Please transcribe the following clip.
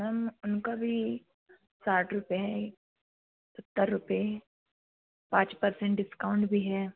ma'am उनका भी साठ रुपये है सत्तर रुपये है पाँच परसेंट डिस्काउंट भी है